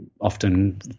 often